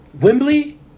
Wembley